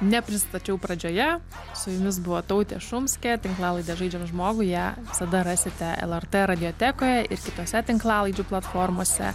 nepristačiau pradžioje su jumis buvo tautė šumskė tinklalaidė žaidžiam žmogų ją visada rasite lrt radiotekoje ir kitose tinklalaidžių platformose